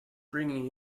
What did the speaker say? bringing